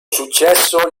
successo